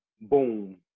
Boom